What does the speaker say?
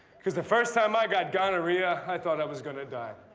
cause the first time i got gonorrhea, i thought i was gonna die.